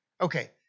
Okay